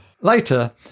Later